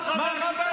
תגנו את, שלכם.